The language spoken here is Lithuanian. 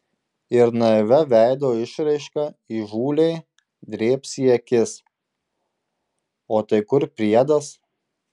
ir naivia veido išraiška įžūliai drėbs į akis o tai kur priedas